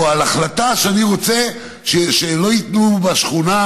או על החלטה שאני רוצה שלא יבנו בשכונה,